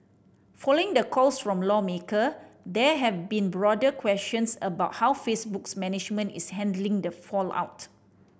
following the calls from lawmaker there have been broader questions about how Facebook's management is handling the fallout